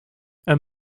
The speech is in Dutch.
een